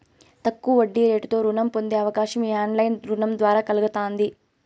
తక్కువ వడ్డీరేటుతో రుణం పొందే అవకాశం ఈ ఆన్లైన్ రుణం ద్వారా కల్గతాంది